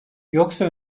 yoksa